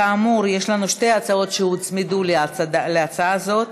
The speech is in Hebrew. כאמור, יש לנו שתי הצעות שהוצמדו להצעה הזאת,